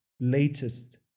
latest